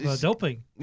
doping